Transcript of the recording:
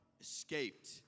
escaped